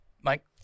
Mike